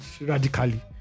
radically